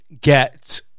get